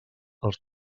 els